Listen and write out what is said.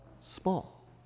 small